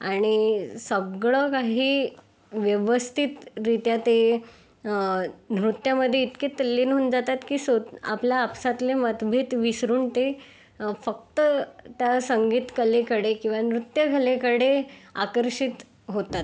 आणि सगळं काही व्यवस्थितरीत्या ते नृत्यांमध्ये इतके तल्लीन होऊन जातात की सोध आपला आपसातले मतभेद विसरून ते फक्त त्या संगीत कलेकडे किंवा नृत्य कलेकडे आकर्षित होतात